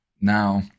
Now